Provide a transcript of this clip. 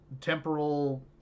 temporal